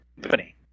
company